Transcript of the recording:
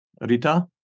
Rita